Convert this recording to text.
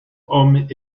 hommes